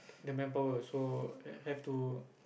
the manpower so have to